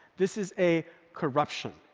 this is a corruption.